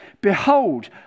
Behold